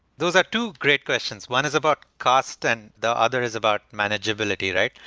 those are two great questions. one is about cost and the other is about manageability, like